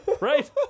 Right